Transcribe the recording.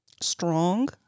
strong